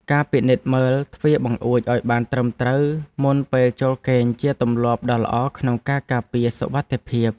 ការពិនិត្យមើលទ្វារបង្អួចឱ្យបានត្រឹមត្រូវមុនពេលចូលគេងជាទម្លាប់ដ៏ល្អក្នុងការការពារសុវត្ថិភាព។